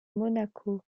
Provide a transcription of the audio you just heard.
monaco